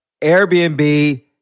Airbnb